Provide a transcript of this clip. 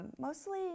mostly